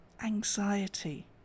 anxiety